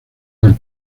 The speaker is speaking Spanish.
del